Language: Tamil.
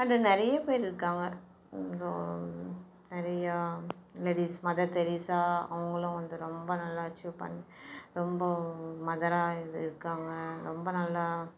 அண்டு நிறைய பேர் இருக்காங்க ரோ நிறையா லேடிஸ் மாதர் தெரேஸா அவங்களும் வந்து ரொம்ப நல்ல அச்சீவ் பண் ரொம்ப மதரா இது இருக்கிறாங்க ரொம்ப நல்லா